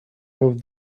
have